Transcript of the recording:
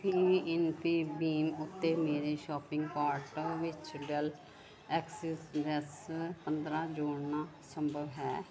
ਕੀ Infibeam ਉੱਤੇ ਮੇਰੇ shopping cart ਵਿੱਚ ਡੈੱਲ ਐਕਸ ਪੀ ਐੱਸ ਪੰਦਰਾਂ ਜੋੜਨਾ ਸੰਭਵ ਹੈ